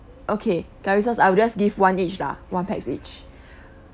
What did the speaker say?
okay curry sauce I will just give one each lah one pax each